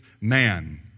man